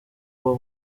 uwo